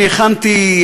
הכנתי,